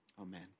Amen